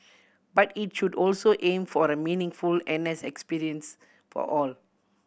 but it should also aim for a meaningful N S experience for all